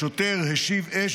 השוטר השיב אש,